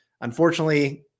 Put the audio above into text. unfortunately